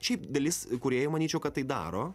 šiaip dalis kūrėjai manyčiau kad tai daro